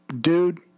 dude